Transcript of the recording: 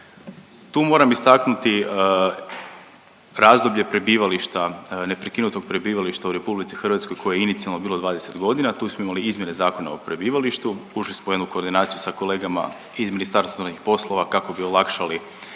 Tu moram istaknuti razdoblje prebivališta, neprekinutog prebivališta u RH koje je inicijalno bilo 20 godina, tu smo imali izmjene Zakona o prebivalištu, ušli smo u jednu koordinaciju sa kolegama iz Ministarstvo unutarnjih poslova kako bi olakšali